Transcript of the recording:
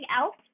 else